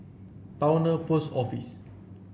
Towner Post Office